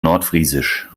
nordfriesisch